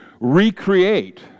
recreate